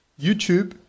YouTube